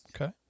Okay